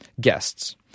Guests